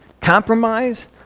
Compromise